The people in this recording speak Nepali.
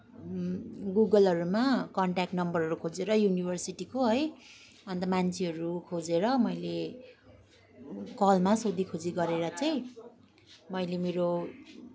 गुगलहरूमा कन्ट्याक्ट नम्बरहरू खोजेर युनिभर्सिटीको है अन्त मान्छेहरू खोजेर मैले कलमा सोधीखोजी गरेर चाहिँ मैले मेरो